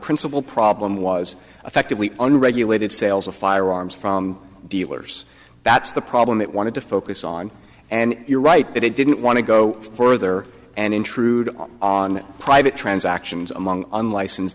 principle problem was effectively unregulated sales of firearms from dealers that's the problem it wanted to focus on and you're right that it didn't want to go further and intrude on private transactions among unlicensed